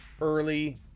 early